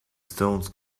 stones